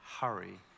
hurry